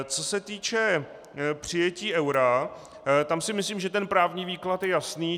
Co se týče přijetí eura, tam si myslím, že ten právní výklad je jasný.